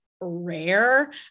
rare